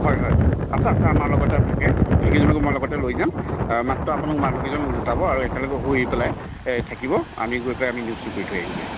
হয় হয় আছে আছে আমাৰ লগতে থাকে সেইকেইজনকো মই লগতে লৈ যাম আ মাত্ৰ আপোনালোকে মানুহকেইজন গোটাব আৰু একেলগে হৈ পেলাই এ থাকিব আমি গৈ পেলাই আমি নিউজটো কৰি থৈ আহিমগৈ